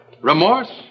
Remorse